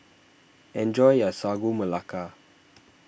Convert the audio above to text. enjoy your Sagu Melaka